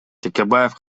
текебаев